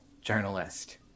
journalist